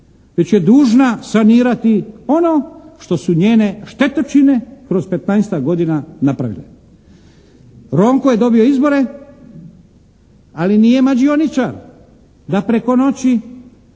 već je dužna sanirati ono što su njene štetočine kroz 15-tak godina napravile. Ronko je dobio izbore ali nije mađioničar da preko noći